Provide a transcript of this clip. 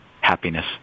happiness